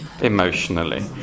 emotionally